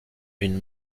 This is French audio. une